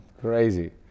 crazy